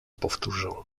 powtórzę